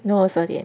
no 十二点